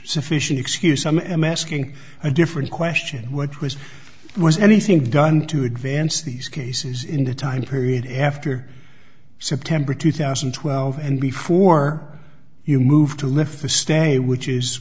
sufficient excuse i'm am asking a different question what was was anything done to advance these cases in the time period after september two thousand and twelve and before you move to lift the stay which is